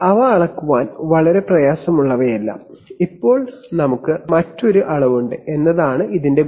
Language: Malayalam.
അവ അളക്കാൻ വളരെ പ്രയാസമുള്ളവയല്ല ഇപ്പോൾ നമുക്ക് മറ്റൊരു അളവുണ്ട് എന്നതാണ് ഇതിന്റെ ഗുണം